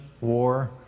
war